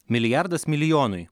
milijardas milijonui